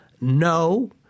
No